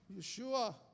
Yeshua